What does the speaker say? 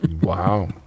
Wow